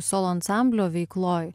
solo ansamblio veikloj